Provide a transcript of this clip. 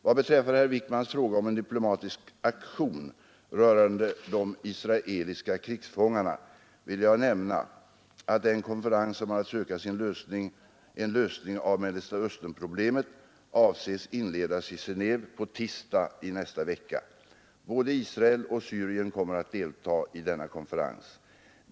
Vad beträffar herr Wijk mans fråga om en diplomatisk aktion rörande de israeliska krigsfångarna vill jag nämna att den konferens som har att söka en lösning av Mellersta Östern-problemet avses inledas i Geneve på tisdag i nästa vecka. Både Israel och Syrien kommer att delta i denna konferens.